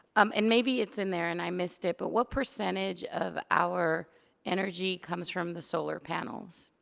um and maybe it's in there and i missed it. but what percentage of our energy comes from the solar panels?